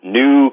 new